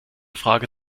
frage